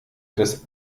des